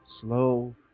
Slow